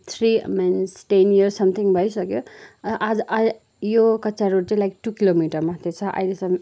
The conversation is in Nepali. three means ten years something भइसक्यो यो कच्चा रोड चाहिँ लाइक टु किलोमिटर मात्रै छ अहिलेसम्म